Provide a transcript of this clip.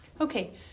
Okay